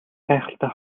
гайхалтай